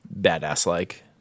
badass-like